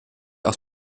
aus